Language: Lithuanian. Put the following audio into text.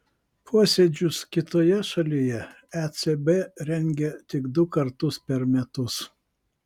posėdžius kitoje šalyje ecb rengia tik du kartus per metus